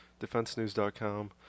defensenews.com